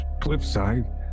cliffside